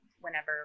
whenever